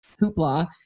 hoopla